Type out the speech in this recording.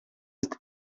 ist